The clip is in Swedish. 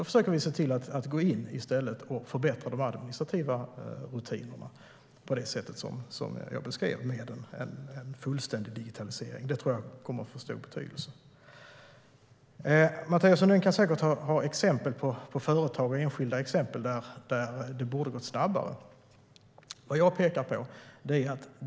I stället försöker vi förbättra de administrativa rutinerna genom en fullständig digitalisering, vilket jag tror kommer att få stor betydelse. Mathias Sundin har säkert exempel på företag där det borde ha gått snabbare.